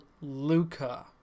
Luca